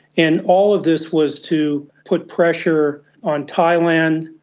and all of this was to put pressure on thailand,